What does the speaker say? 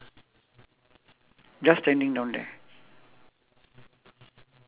ah got three three three pin I means two towel for total six pin ah